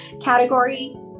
category